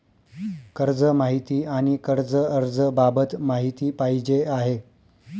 कर्ज माहिती आणि कर्ज अर्ज बाबत माहिती पाहिजे आहे